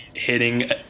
hitting